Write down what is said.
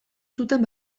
zuten